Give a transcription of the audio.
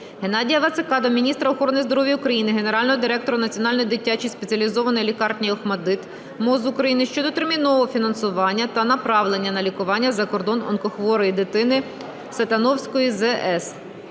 Геннадія Вацака до міністра охорони здоров'я України, генерального директора Національної дитячої спеціалізованої лікарні "ОХМАТДИТ" МОЗ України щодо термінового фінансування та направлення на лікування за кордоном онкохворої дитини Сатановської З.С.